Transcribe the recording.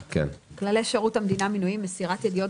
כללי שירות המדינה (מינויים) (מסירת ידיעות